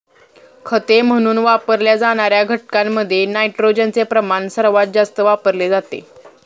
खते म्हणून वापरल्या जाणार्या घटकांमध्ये नायट्रोजनचे प्रमाण सर्वात जास्त वापरले जाते